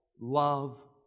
love